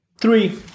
three